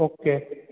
okay